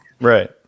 Right